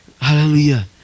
hallelujah